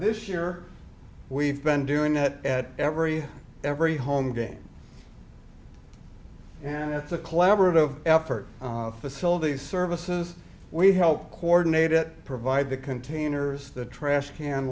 this year we've been doing that at every every home game yeah it's a collaborative effort facilities services we help coordinate it provide the containers the trash can